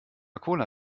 cola